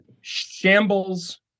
shambles